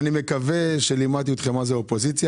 אני מקווה שלימדתי אתכם מהי אופוזיציה